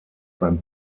beim